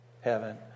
heaven